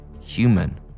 human